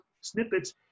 snippets